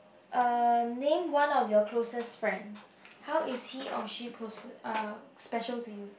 uh name one of your closest friend how is he or she closer uh special to you